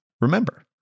remember